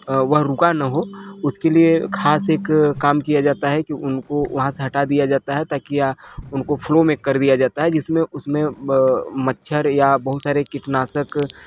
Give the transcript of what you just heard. वह रुक ना हो उसके लिए खास एक काम किया जाता है कि उनको वहाँ से हटा दिया जाता है ताकि फ्लो में कर दिया जाता हैं जिसमें उसमें मच्छर या बहुत सारे कीटनाशक